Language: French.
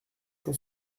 cent